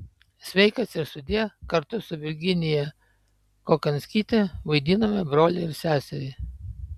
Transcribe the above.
sveikas ir sudie kartu su virginiją kochanskyte vaidinome brolį ir seserį